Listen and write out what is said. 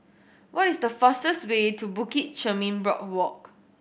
what is the fastest way to Bukit Chermin Boardwalk